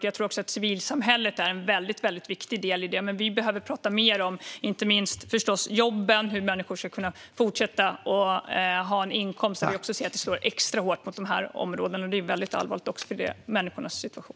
Jag tror också att civilsamhället är en väldigt viktig del i detta, men vi behöver prata mer om inte minst jobben och om hur människor ska kunna fortsätta att ha en inkomst. Vi ser att det slår extra hårt mot dessa områden. Det är väldigt allvarligt för människornas situation.